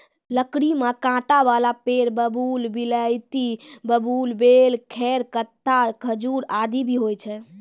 लकड़ी में कांटा वाला पेड़ बबूल, बिलायती बबूल, बेल, खैर, कत्था, खजूर आदि भी होय छै